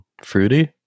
fruity